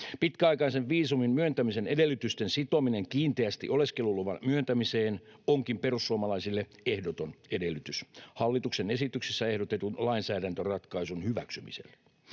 Pitkäaikaisen viisumin myöntämisen edellytysten sitominen kiinteästi oleskeluluvan myöntämiseen onkin perussuomalaisille ehdoton edellytys hallituksen esityksessä ehdotetun lainsäädäntöratkaisun hyväksymiselle.